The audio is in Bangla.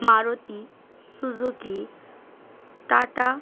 Maruti Suzuki tata